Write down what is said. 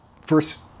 first